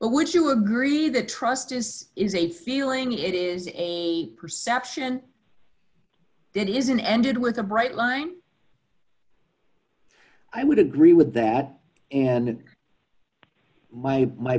but would you agree that trust this is a feeling it is a perception that isn't ended with a bright line i would agree with that and my my